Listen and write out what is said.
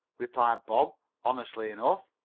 replied bob honestly enough.